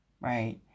right